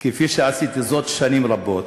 כפי שעשיתי זאת שנים רבות,